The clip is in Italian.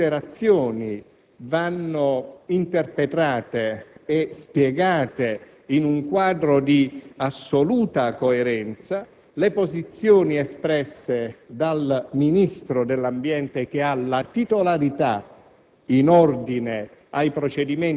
Alla luce di queste considerazioni, vanno interpretate e spiegate, in un quadro di assoluta coerenza, le posizioni espresse dal Ministro dell'ambiente che ha la titolarità